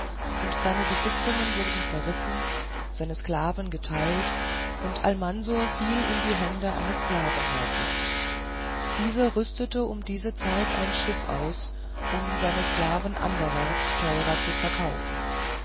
erben seine besitzungen wurden zerrissen seine sklaven geteilt und almansor fiel in die hände eines sklavenmäklers dieser rüstete um diese zeit ein schiff aus um seine sklaven anderwärts teurer zu verkaufen